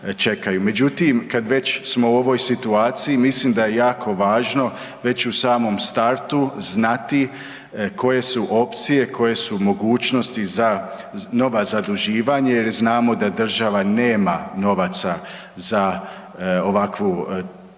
Međutim, kada smo već u ovoj situaciji mislim da je jako važno već u samom startu znati koje su opcije, koje su mogućnosti za nova zaduživanje jer znamo da država nema novaca za ovakvu temeljnu